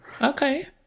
Okay